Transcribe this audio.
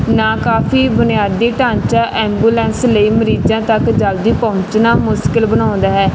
ਨਾ ਕਾਫ਼ੀ ਬੁਨਿਆਦੀ ਢਾਂਚਾ ਐਂਬੂਲੈਂਸ ਲਈ ਮਰੀਜ਼ਾਂ ਤੱਕ ਜਲਦੀ ਪਹੁੰਚਣਾ ਮੁਸ਼ਕਿਲ ਬਣਾਉਣਾ ਹੈ